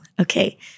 okay